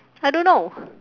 I don't know